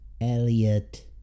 Elliot